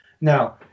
Now